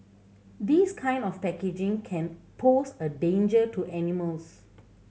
this kind of packaging can pose a danger to animals